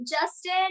Justin